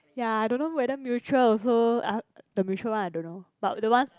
ya I don't know whether mutual also uh the mutual one I don't know but the one